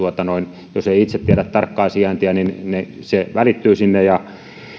jos ei itse tiedä tarkkaa sijaintia niin se välittyy sinne